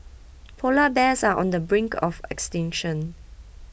Polar Bears are on the brink of extinction